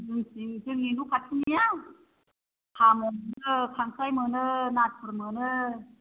जोंनि न' खाथिनिया साम' मोनो खांख्राय मोनो नाथुर मोनो